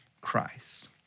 Christ